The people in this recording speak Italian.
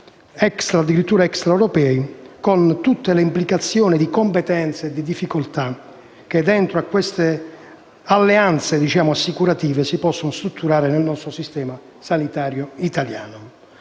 addirittura extraeuropei, con tutte le implicazioni di competenza e di difficoltà che in queste alleanze assicurative si possono strutturare rispetto al sistema sanitario italiano.